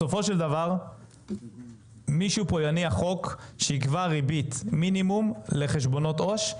בסופו של דבר מישהו פה יניח חוק שיקבע ריבית מינימום לחשבונות עו"ש,